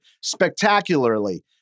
spectacularly